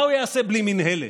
מה הוא יעשה בלי מינהלת?